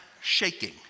shaking